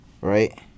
right